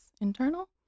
internal